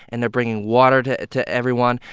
and they're bringing water to to everyone.